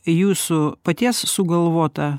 jūsų paties sugalvota